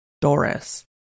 Doris